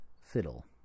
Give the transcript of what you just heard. fiddle